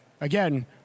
again